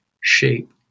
shape